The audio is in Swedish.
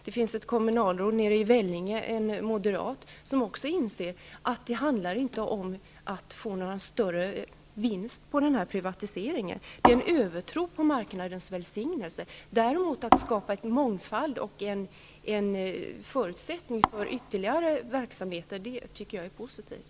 Men också ett moderat kommunalråd i Vellinge inser att det inte handlar om att åstadkomma någon större vinst genom den här privatiseringen. I stället är det fråga om en övertro på marknadens välsignelse. Detta med att skapa en mångfald och förutsättningar för ytterligare verksamheter tycker jag däremot är positivt.